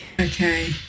Okay